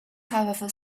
however